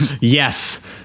Yes